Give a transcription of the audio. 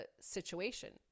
situation